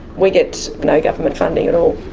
we get no government funding at all.